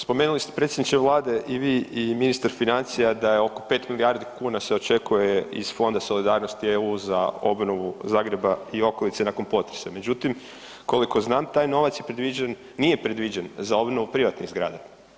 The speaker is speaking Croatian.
Spomenuli ste predsjedniče Vlade i vi i ministar financija da se oko pet milijardi kuna se očekuje iz Fonda solidarnosti EU za obnovu Zagreba i okolice nakon potresa, međutim koliko znam taj novac nije predviđen za obnovu privatnih zgrada.